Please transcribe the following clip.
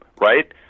right